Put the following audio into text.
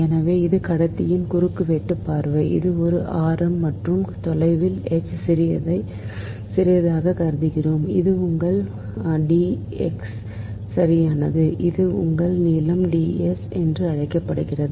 எனவே இது கடத்தியின் குறுக்கு வெட்டுப் பார்வை இது ஆரம் ஆர் மற்றும் தொலைவில் எச் சிறியதை சிறியதாகக் கருதுகிறோம் இது உங்கள் டிஎக்ஸ் சரியானது இது உங்கள் நீளம் டிஎல் என்று அழைக்கப்படுகிறது